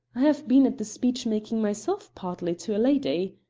i have been at the speech-making myself, partly to a lady.